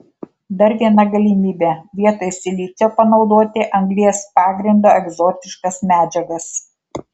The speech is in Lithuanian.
dar viena galimybė vietoj silicio panaudoti anglies pagrindo egzotiškas medžiagas